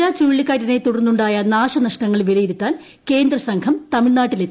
ഗജ ചുഴലിക്കാറ്റിനെ തുടർന്നുണ്ടായ നാശനഷ്ടങ്ങൾ വിലയിരുത്താൻ ്കേന്ദ്രസംഘം തമിഴ്നാട്ടിലെത്തി